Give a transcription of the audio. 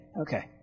okay